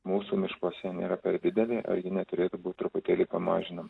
mūsų miškuose nėra per didelė ar ji neturėtų būt truputėlį pamažina